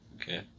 Okay